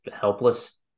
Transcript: helpless